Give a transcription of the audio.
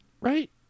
right